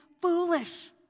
foolish